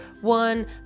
one